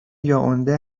یائونده